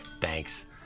Thanks